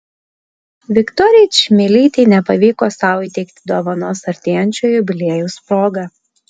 viktorijai čmilytei nepavyko sau įteikti dovanos artėjančio jubiliejaus proga